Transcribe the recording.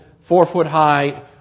four-foot-high